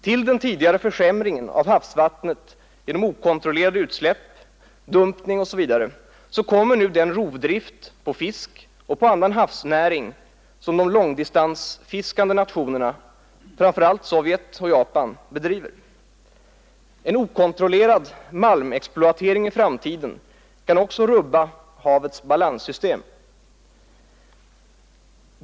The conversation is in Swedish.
Till den tidigare försämringen av havsvattnet genom okontrollerade utsläpp, dumpning osv. kommer nu den rovdrift på fisk och annan havsnäring som de långdistansfiskande nationerna, särskilt Sovjet och Japan, bedriver. En okontrollerad malmexploatering i framtiden kan också rubba havets balanssystem.